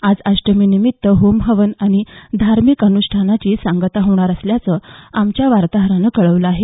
आज अष्टमीनिमित्त होमहवन आणि धार्मिक अनुष्ठानाची सांगता होणार असल्याचं आमच्या वार्ताहरानं कळवलं आहे